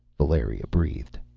valeria breathed.